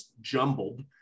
jumbled